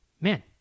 Man